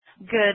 Good